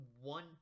one